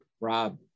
Rob